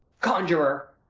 conjurer!